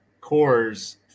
cores